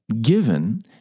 given